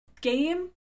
game